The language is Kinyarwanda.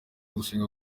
gusenga